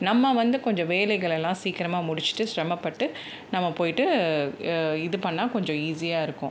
நம்ம வந்து கொஞ்சம் வேலைகளெல்லாம் சீக்கிரமாக முடிச்சுட்டு சிரமப்பட்டு நம்ம போய்விட்டு இது பண்ணால் கொஞ்சம் ஈஸியாக இருக்கும்